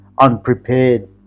unprepared